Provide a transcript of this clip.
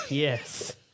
Yes